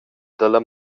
dalla